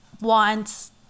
wants